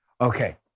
Okay